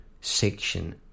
section